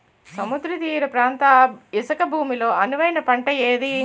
సముద్ర తీర ప్రాంత ఇసుక భూమి లో అనువైన పంట ఏది?